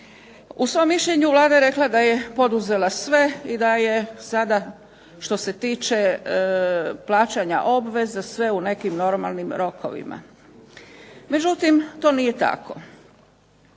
U svom mišljenju Vlada je rekla da je poduzela sve i da je sada što se tiče plaćanja obveza sve u nekim normalnim rokovima. Međutim, to nije tako.